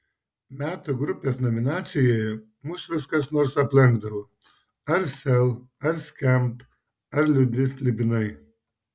metų grupės nominacijoje mus vis kas nors aplenkdavo ar sel ar skamp ar liūdni slibinai